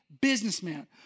businessman